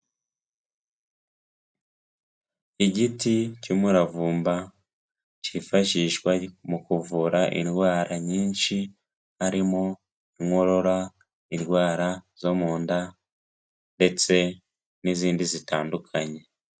Igiti cy'umuravumba cyifashishwa mu kuvura indwara nyinshi harimo: inkorora, indwara zo mu nda, ndetse n'izindi zitandukanye.